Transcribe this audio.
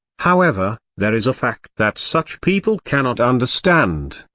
however, there is a fact that such people cannot understand,